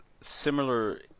similar